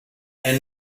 and